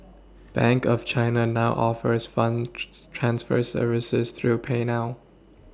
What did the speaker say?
bank of China now offers funds transfer services through payNow